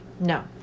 No